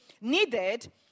needed